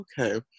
okay